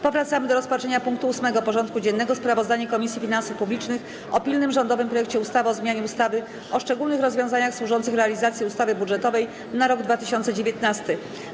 Powracamy do rozpatrzenia punktu 8. porządku dziennego: Sprawozdanie Komisji Finansów Publicznych o pilnym rządowym projekcie ustawy o zmianie ustawy o szczególnych rozwiązaniach służących realizacji ustawy budżetowej na rok 2019.